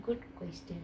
good question